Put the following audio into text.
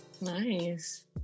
Nice